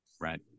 Right